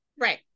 Right